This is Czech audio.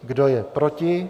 Kdo je proti?